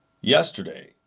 Yesterday